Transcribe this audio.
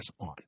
on